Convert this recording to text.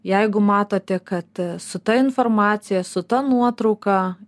jeigu matote kad su ta informacija su ta nuotrauka